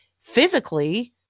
physically